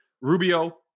Rubio